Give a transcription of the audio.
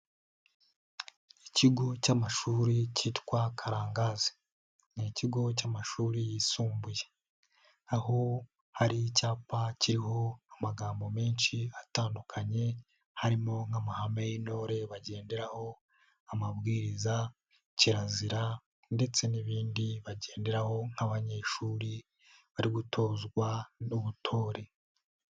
Ikigo cy'amashuri kitwa Karangazi ni kigo cy'amashuri yisumbuye, aho hari icyapa kiriho amagambo menshi atandukanye harimo nk'amahame y'intore bagenderaho, amabwiriza, kirazira ndetse n'ibindi bagenderaho nk'abanyeshuri bari gutozwa n'ubutore.